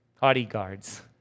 bodyguards